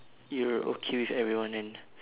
you're okay with everyone and